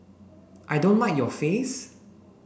I don't mind your face